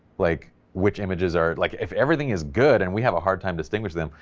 like which images are like, if everything is good, and we have a hard time distinguishing them,